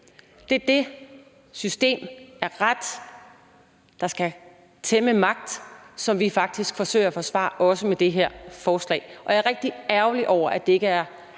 Det er det system af ret, der skal tæmme magt, som vi faktisk forsøger at forsvare, også med det her forslag, og jeg er rigtig ærgerlig over, at det ikke er